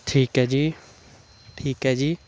ਠੀਕ ਹੈ ਜੀ ਠੀਕ ਹੈ ਜੀ